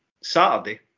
Saturday